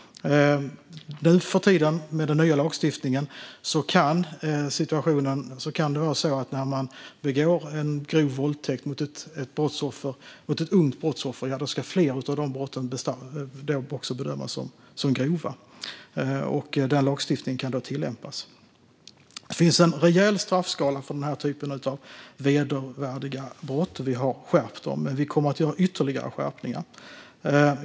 Tanken är att den nya lagstiftningen ska tillämpas så att fler våldtäktsbrott mot unga brottsoffer ska bedömas som grova. Det finns en rejäl straffskala för den typen av vedervärdiga brott. Vi har skärpt straffen för dem, och vi kommer att införa ytterligare skärpningar.